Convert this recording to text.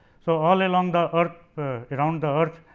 so, all along the earth around the earth,